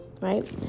right